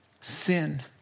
sin